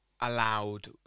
allowed